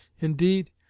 indeed